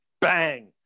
bang